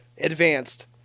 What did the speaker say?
advanced